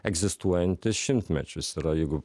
egzistuojantis šimtmečius yra jeigu